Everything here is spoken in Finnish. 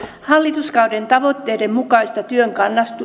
hallituskauden tavoitteiden mukaisesti työn